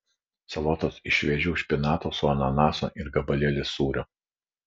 salotos iš šviežių špinatų su ananasu ir gabalėlis sūrio